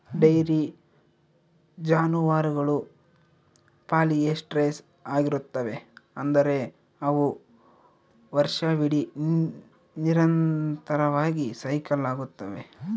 dairy ಜಾನುವಾರುಗಳು polyestrous ಆಗಿರುತ್ತವೆ, ಅಂದರೆ ಅವು ವರ್ಷವಿಡೀ ನಿರಂತರವಾಗಿ ಸೈಕಲ್ ಆಗುತ್ತವೆ